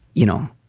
you know,